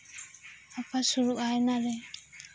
ᱨᱮᱯᱷᱟ ᱥᱩᱨᱩᱜᱼᱟ ᱚᱱᱟ ᱨᱮ